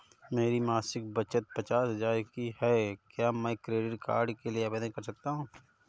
मेरी मासिक बचत पचास हजार की है क्या मैं क्रेडिट कार्ड के लिए आवेदन कर सकता हूँ?